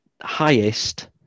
highest